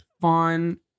fun